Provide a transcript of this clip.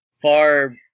far